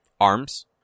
arms